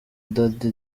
dady